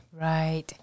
Right